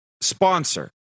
sponsor